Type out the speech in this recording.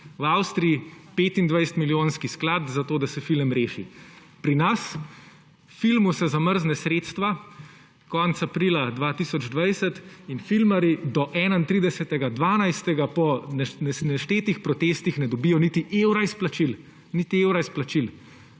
V Avstriji 25-milijonski sklad zato, da se film reši. Pri nas? Filmu se zamrzne sredstva konec aprila 2020 in filmarji do 31. 12. po neštetih protestih ne dobijo niti evra izplačil. Niti evra izplačil.